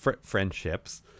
Friendships